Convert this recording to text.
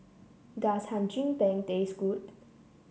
does Hum Chim Peng taste good